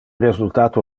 resultato